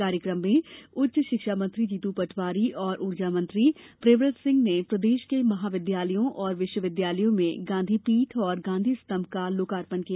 कार्यक्रम में उच्च शिक्षा मंत्री जीतू पटवारी और ऊर्जा मंत्री प्रियव्रत सिंह ने प्रदेश के महाविद्यालयों और विश्वविद्यालयों में गांधी पीठ और गांधी स्तम्भ का लोकार्पण किया